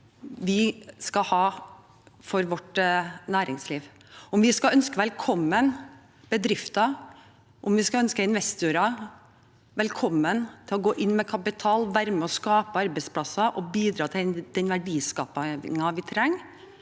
vi skal ha for vårt næringsliv – om vi skal ønske bedrifter velkommen, om vi skal ønske investorer velkommen til å gå inn med kapital, være med og skape arbeidsplasser og bidra til den verdiskapingen vi trenger,